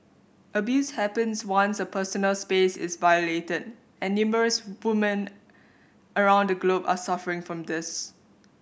abuse happens once a personal space is violated and numerous women around the globe are suffering from this